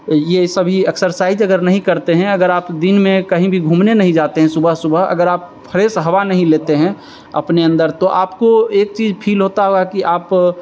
यह सभी एक्सरसाइज अगर नहीं करते हैं अगर आप दिन में कहीं भी घूमने नहीं जाते हैं सुबह सुबह अगर आप फ्रेश हवा नहीं लेते हैं अपने अंदर तो आपको एक चीज़ फील होता होगा कि आप